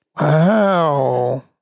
Wow